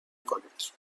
کنید